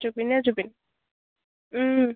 জুবিনেই Zubeen